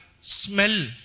smell